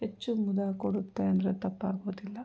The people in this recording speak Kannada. ಹೆಚ್ಚು ಮುದ ಕೊಡುತ್ತೆ ಅಂದರೆ ತಪ್ಪಾಗುವುದಿಲ್ಲ